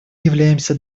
являемся